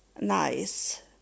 nice